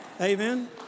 Amen